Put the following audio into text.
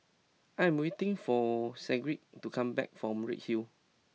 I am waiting for Sigrid to come back from Redhill